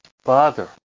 Father